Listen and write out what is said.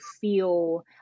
feel